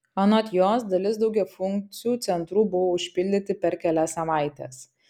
anot jos dalis daugiafunkcių centrų buvo užpildyti per kelias savaites